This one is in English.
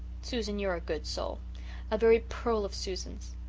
susan, you're a good soul a very pearl of susans!